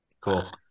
Cool